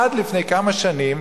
עד לפני כמה שנים